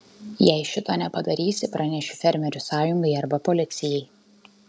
jei šito nepadarysi pranešiu fermerių sąjungai arba policijai